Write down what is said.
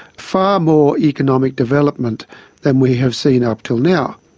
far more economic development than we have seen up till now.